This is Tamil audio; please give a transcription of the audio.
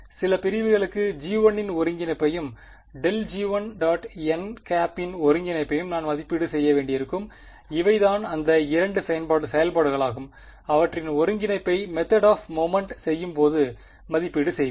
சில பிரிவுகளுக்கு g1 இன் ஒருங்கிணைப்பையும் ∇g1n இன் ஒருங்கிணைப்பையும் நான் மதிப்பீடு செய்ய வேண்டியிருக்கும் இவை தான் அடந்த 2 செயல்பாடுகளாகும் அவற்றின் ஒருங்கிணைப்பை மெத்தேட் ஆப் மொமெண்ட் செய்யும்போது மதிப்பீடு செய்வேன்